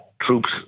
troops